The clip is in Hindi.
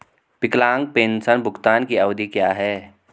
विकलांग पेंशन भुगतान की अवधि क्या है?